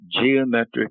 geometric